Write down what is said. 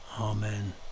Amen